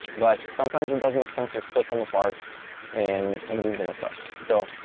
but sometimes, it does make sense to split them apart and and use them as such, so